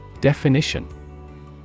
Definition